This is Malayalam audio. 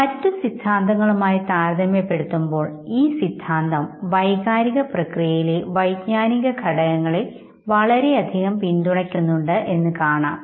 മറ്റ് സിദ്ധാന്തങ്ങളുമായി താരതമ്യപ്പെടുത്തുമ്പോൾ ഈ സിദ്ധാന്തം വൈകാരിക പ്രക്രിയയിലെ വൈജ്ഞാനിക ഘടകങ്ങളെ വളരെയധികം പിന്തുണയ്ക്കുന്നുണ്ടെന്ന് കാണാം